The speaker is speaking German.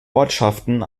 ortschaften